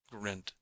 grinned